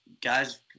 guys